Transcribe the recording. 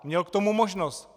Měl k tomu možnost!